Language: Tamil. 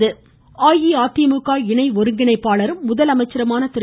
முதலமைச்சர் அஇஅதிமுக இணை ஒருங்கிணைப்பாளரும் முதலமைச்சருமான திரு